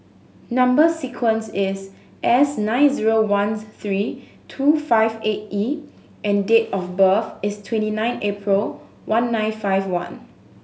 number sequence is S nine zero one three two five eight E and date of birth is twenty nine April one nine five one